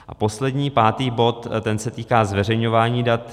A poslední, pátý bod, ten se týká zveřejňování dat.